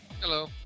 Hello